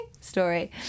story